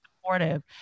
supportive